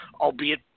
albeit